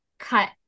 cut